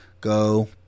Go